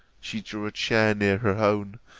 she drew a chair near her own,